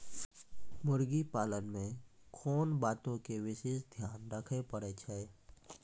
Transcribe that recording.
मुर्गी पालन मे कोंन बातो के विशेष ध्यान रखे पड़ै छै?